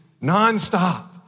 nonstop